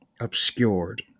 obscured